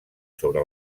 sobre